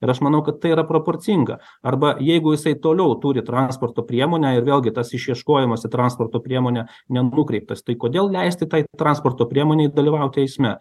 ir aš manau kad tai yra proporcinga arba jeigu jisai toliau turi transporto priemonę ir vėlgi tas išieškojimas į transporto priemonę nenukreiptas tai kodėl leisti tai transporto priemonei dalyvauti eisme